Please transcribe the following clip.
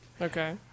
Okay